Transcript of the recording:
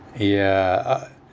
ya uh